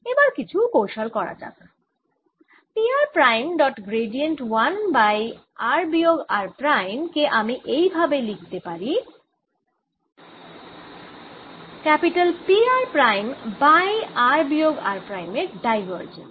এবার কিছু কৌশল করা যাক P r prime dot gradient 1 by r বিয়োগ r প্রাইম কে আমি এই ভাবে লিখতে পারি P r prime by r বিয়োগ r প্রাইম এর ডাইভারজেন্স